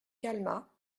calma